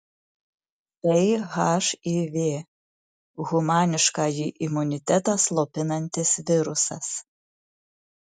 tai hiv humaniškąjį imunitetą slopinantis virusas